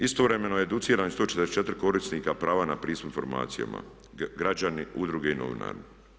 Istovremeno je educirano 144 korisnika prava na pristup informacijama, građana, udruge i novinaru.